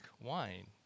wine